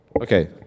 Okay